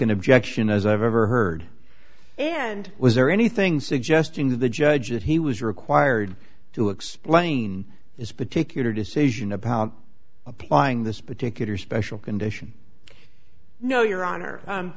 an objection as i've ever heard and was there anything suggesting to the judge that he was required to explain his particular decision about applying this particular special condition no your honor